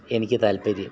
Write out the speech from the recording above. എനിക്ക് താല്പര്യം